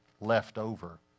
leftover